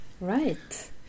Right